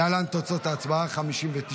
להלן תוצאות ההצבעה: 59 בעד,